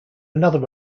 another